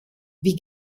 wie